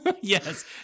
Yes